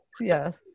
yes